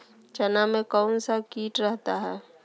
चना में कौन सा किट रहता है?